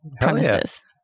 premises